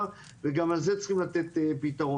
וגם לזה צריכים לתת פתרון.